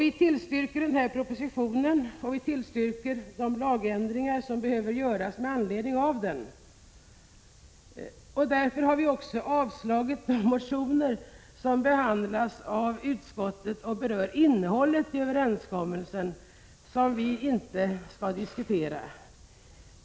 Vi tillstyrker den här propositionen och de lagändringar som behöver göras med anledning av den. Därför har vi också avstyrkt de motioner som behandlats i utskottet och som berör innehållet i överenskommelsen, som vi inte skall diskutera.